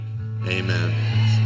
amen